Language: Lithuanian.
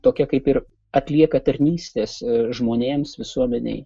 tokia kaip ir atlieka tarnystės žmonėms visuomenei